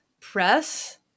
press